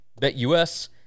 BetUS